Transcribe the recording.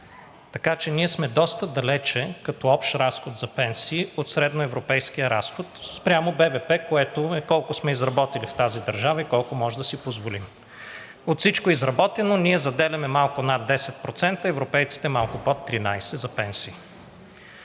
така че ние сме доста далеч като общ разход за пенсии от средноевропейския разход спрямо БВП, което е колко сме изработили в тази държава и колко може да си позволим. От всичко изработено ние заделяме малко над 10%, европейците малко под 13 за пенсии.